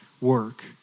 work